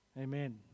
Amen